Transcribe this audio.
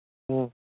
ꯎꯝ